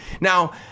Now